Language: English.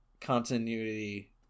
continuity